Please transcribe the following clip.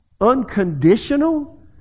Unconditional